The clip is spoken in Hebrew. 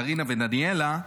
קרינה ודניאלה,